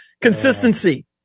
Consistency